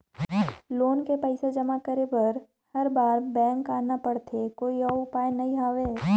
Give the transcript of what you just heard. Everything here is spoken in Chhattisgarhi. लोन के पईसा जमा करे बर हर बार बैंक आना पड़थे कोई अउ उपाय नइ हवय?